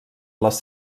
les